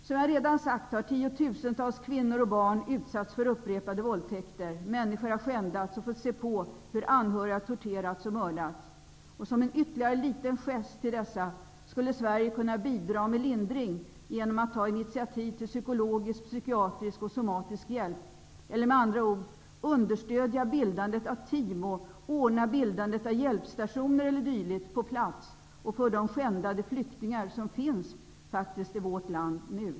Som jag redan sagt har tiotusentals kvinnor och barn utsatts för upprepade våldtäkter, människor har skändats och har fått se på hur anhöriga har torterats och mördats. Som en ytterligare liten gest till dessa skulle Sverige kunna bidra med lindring genom att ta initiativ till psykologisk, psykiatrisk och somatisk hjälp. Med andra ord skulle Sverige kunna understödja bildandet av team och hjälpstationer o.d. -- även för de skändade flyktingar som nu finns i vårt land.